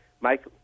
Mike